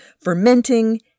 fermenting